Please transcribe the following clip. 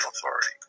authority